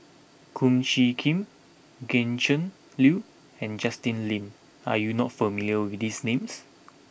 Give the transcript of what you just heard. Kum Chee Kin Gretchen Liu and Justin Lean are you not familiar with these names